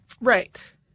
Right